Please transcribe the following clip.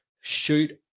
shoot